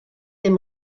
dem